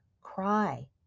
Cry